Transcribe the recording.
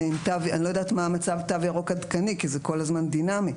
אני לא יודעת מה המצב תו ירוק עדכני כי זה כל הזמן דינמי.